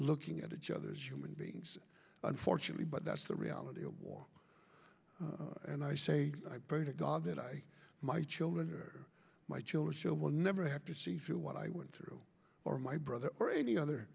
looking at each other as human beings unfortunately but that's the reality of war and i say i pray to god that i my children or my children will never have to see through what i went through or my brother or any other